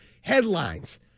headlines